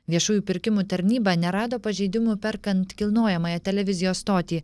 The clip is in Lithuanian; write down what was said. viešųjų pirkimų tarnyba nerado pažeidimų perkant kilnojamąją televizijos stotį